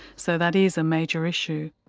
so that is a major issue.